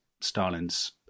Stalin's